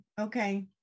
Okay